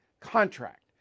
contract